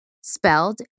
spelled